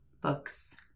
books